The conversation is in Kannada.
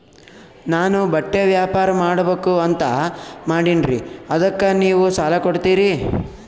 ನಾನು ಬಟ್ಟಿ ವ್ಯಾಪಾರ್ ಮಾಡಬಕು ಅಂತ ಮಾಡಿನ್ರಿ ಅದಕ್ಕ ನೀವು ಸಾಲ ಕೊಡ್ತೀರಿ?